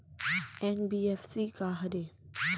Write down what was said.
NBFC का हरे?